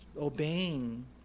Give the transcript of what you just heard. obeying